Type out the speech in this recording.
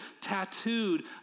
tattooed